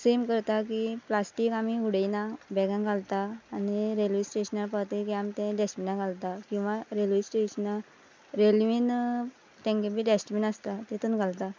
same करता की plastic आमी उडयना बॅगांक घालता आनी रेल्वे स्टेशनार पावतकीर आमी तें डस्टबिनान घालता किंवां रेल्वे स्टेशना रेलवेन तेंगे बी डस्टबीन आसता तितून घालता